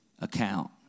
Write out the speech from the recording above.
account